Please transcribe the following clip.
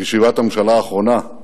בישיבת הממשלה האחרונה,